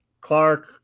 Clark